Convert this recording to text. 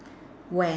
when